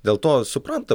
dėl to suprantam